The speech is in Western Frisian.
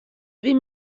wie